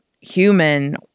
human